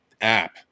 app